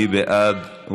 מי בעד?